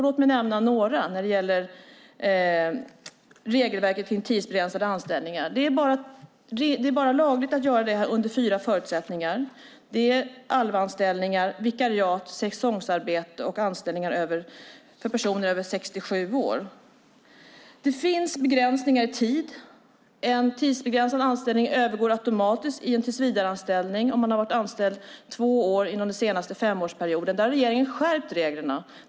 Låt mig nämna några när det gäller regelverket kring tidsbegränsade anställningar. Det är bara lagligt med tidsbegränsade anställningar under fyra förutsättningar. Det gäller ALVA-anställningar, vikariat, säsongsarbete och anställningar för personer över 67 år. Det finns begränsningar i tid. En tidsbegränsad anställning övergår automatiskt i en tillsvidareanställning om man har varit anställd under två år under den senaste femårsperioden. Där har regeringen skärpt reglerna.